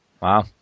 Wow